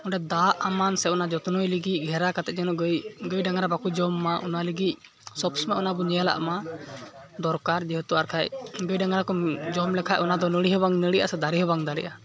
ᱚᱸᱰᱮ ᱫᱟᱜ ᱮᱢᱟᱱ ᱥᱮ ᱡᱚᱛᱱᱚᱭ ᱞᱟᱹᱜᱤᱫ ᱜᱷᱮᱨᱟ ᱠᱟᱛᱮᱫ ᱡᱮᱱᱚ ᱜᱟᱹᱭ ᱜᱟᱹᱭᱼᱰᱟᱝᱜᱽᱨᱟ ᱵᱟᱠᱚ ᱡᱚᱢ ᱢᱟ ᱚᱱᱟ ᱞᱟᱹᱜᱤᱫ ᱥᱚᱵᱽᱥᱚᱢᱚᱭ ᱚᱱᱟᱵᱚ ᱧᱮᱞ ᱢᱟ ᱫᱚᱨᱠᱟᱨ ᱡᱮᱦᱮᱛᱩ ᱟᱨᱠᱷᱟᱡ ᱜᱟᱹᱭᱼᱰᱟᱝᱜᱽᱨᱟ ᱠᱚ ᱡᱚᱢ ᱞᱮᱠᱷᱟᱡ ᱚᱱᱟᱫᱚ ᱱᱟᱹᱲᱤᱦᱚᱸ ᱵᱟᱝ ᱱᱟᱹᱲᱤᱜᱼᱟ ᱥᱮ ᱫᱟᱨᱮᱦᱚᱸ ᱵᱟᱝ ᱫᱟᱨᱮᱜᱼᱟ